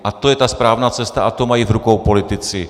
A to je ta správná cesta a tu mají v rukou politici.